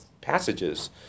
passages